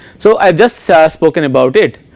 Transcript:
so i just so spoken about it.